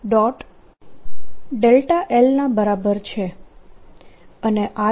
l ના બરાબર છે અને IJ